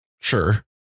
Sure